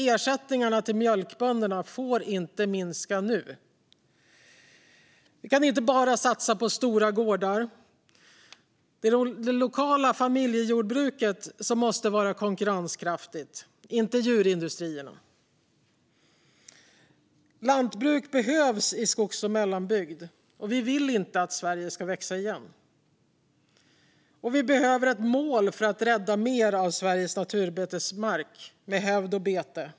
Ersättningarna till mjölkbönderna får inte minska nu. Vi kan inte bara satsa på stora gårdar. Det är det lokala familjejordbruket som måste vara konkurrenskraftigt, inte djurindustrierna. Lantbruk behövs i skogs och mellanbygd. Vi vill inte att Sverige ska växa igen. Vidare behöver vi ett mål för att rädda mer av Sveriges naturbetesmarker med hävd och bete.